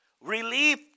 relief